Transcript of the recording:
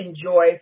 enjoy